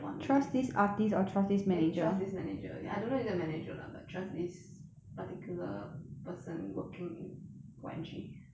eh trust this manager I don't know is it a manager lah but trust this particular person working in Y_G